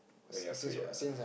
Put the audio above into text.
when you are free ah